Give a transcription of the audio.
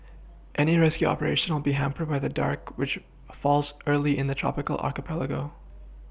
any rescue operation will be hampered by the dark which falls early in the tropical archipelago